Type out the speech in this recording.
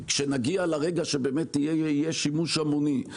כשנגיע לרגע שבאמת יהיה שימוש המוני,